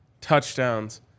touchdowns